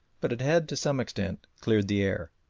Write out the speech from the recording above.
but it had to some extent cleared the air.